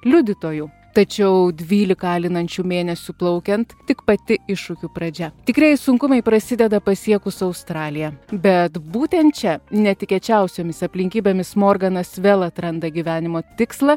liudytoju tačiau dvylika alinančių mėnesių plaukiant tik pati iššūkių pradžia tikrieji sunkumai prasideda pasiekus australiją bet būtent čia netikėčiausiomis aplinkybėmis morganas vėl atranda gyvenimo tikslą